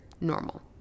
normal